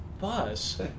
bus